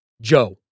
Joe